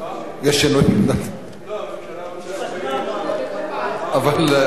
יש שינוי בעמדת, לא, הממשלה, מבקשת לציין,